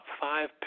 five